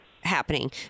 happening